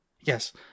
Yes